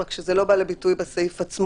רק שזה לא בא לידי ביטוי בסעיף עצמו.